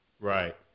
Right